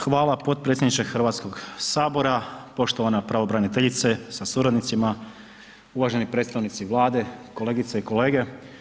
Hvala potpredsjedniče Hrvatskog sabora, poštovana pravobraniteljice sa suradnicima, uvaženi predstavnici Vlade, kolegice i kolege.